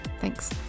Thanks